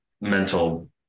mental